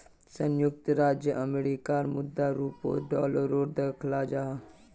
संयुक्त राज्य अमेरिकार मुद्रा रूपोत डॉलरोक दखाल जाहा